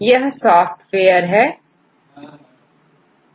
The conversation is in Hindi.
इस सॉफ्टवेयर में बहुत सारे ऑप्शन उपलब्ध है